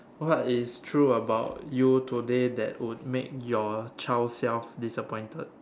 what is true about you today that would make your child self disappointed